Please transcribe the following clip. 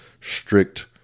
strict